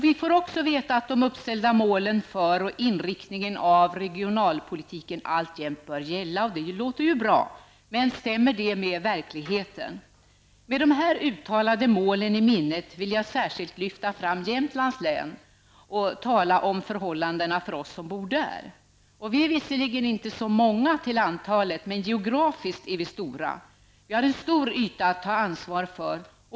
Vi får också veta att de uppställda målen för och inriktningen av regionalpolitiken alltjämt bör gälla. Det där låter ju bra, men stämmer det med verkligheten? Med dessa uttalade mål i minnet vill jag särskilt lyfta fram Jämtlands län och tala om förhållandena för oss som bor där. Vi är visserligen inte så många till antalet, men geografiskt är vi stora. Vi har en stor yta att ta ansvar för.